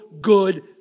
good